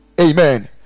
amen